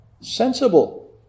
Sensible